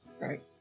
Right